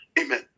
Amen